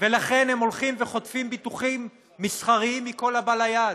ולכן הם הולכים וחוטפים ביטוחים מסחריים מכל הבא ליד,